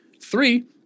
Three